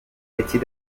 métier